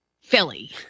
Philly